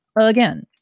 again